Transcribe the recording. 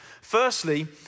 Firstly